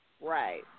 Right